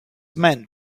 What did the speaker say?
meant